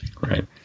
Right